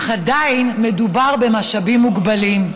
אך עדיין מדובר במשאבים מוגבלים.